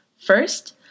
First